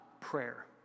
prayer